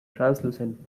translucent